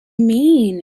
mean